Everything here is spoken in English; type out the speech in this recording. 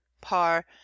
par